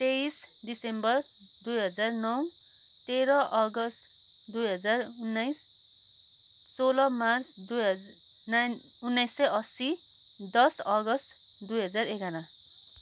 तेइस दिसम्बर दुई हजार नौ तेह्र अगस्त दुई हजार उन्नाइस सोह्र मार्च दुई हज उन्नाइस सय असी दस अगस्त दुई हजार एघार